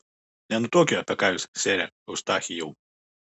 nenutuokiu apie ką jūs sere eustachijau